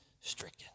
stricken